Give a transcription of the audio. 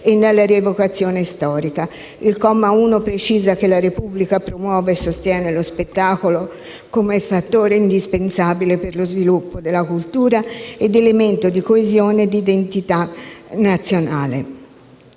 e nella rievocazione storica. Il comma 1 precisa che la Repubblica promuove e sostiene lo spettacolo come fattore indispensabile per lo sviluppo della cultura ed elemento di coesione e di identità nazionale.